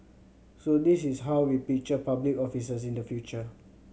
so this is how we picture public officers in the future